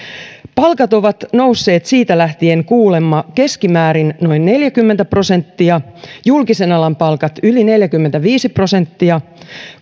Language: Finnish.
palkat ovat nousseet siitä lähtien kuulemma keskimäärin noin neljäkymmentä prosenttia julkisen alan palkat yli neljäkymmentäviisi prosenttia